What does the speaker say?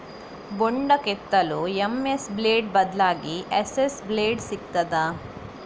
ಬೊಂಡ ಕೆತ್ತಲು MS blade ಬದ್ಲಾಗಿ ಎಸ್.ಎಸ್ ಬ್ಲೇಡ್ ಸಿಕ್ತಾದ?